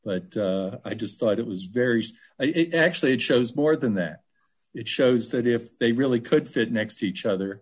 but i just thought it was very it actually shows more than that it shows that if they really could sit next to each other